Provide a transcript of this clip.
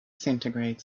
centigrade